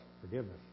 forgiveness